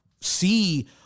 see